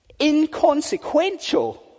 inconsequential